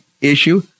issue